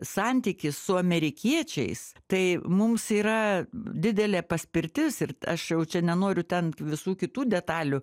santykis su amerikiečiais tai mums yra didelė paspirtis ir aš jau čia nenoriu ten visų kitų detalių